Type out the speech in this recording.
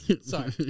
Sorry